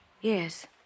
Yes